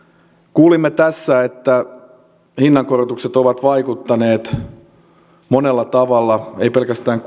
kuulimme tässä että hinnankorotukset ovat vaikuttaneet monella tavalla eivät pelkästään